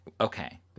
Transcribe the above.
Okay